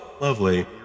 lovely